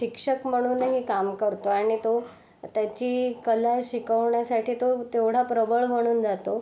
शिक्षक म्हणूनही काम करतो आणि तो त्याची कला शिकवण्यासाठी तो तेवढा प्रबळ म्हणून जातो